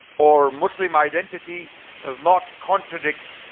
or muslim identity does not contradict